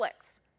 Netflix